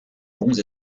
bons